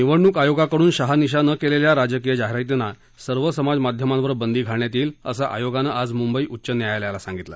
निवडणूक आयोगाकडून शहानिशा न केलेल्या राजकीय जाहिरातींना सर्व समाजमाध्यमांवर बंदी घालण्यात येईल असं आयोगानं आज मुंबई उच्च न्यायालयाला सांगितलं